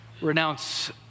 renounce